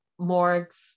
Morgs